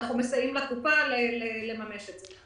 אנחנו מסייעים לקופה לממש את זה.